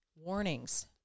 warnings